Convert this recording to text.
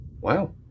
Wow